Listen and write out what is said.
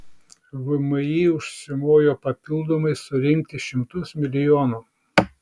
vmi užsimojo papildomai surinkti šimtus milijonų